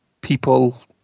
people